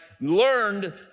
learned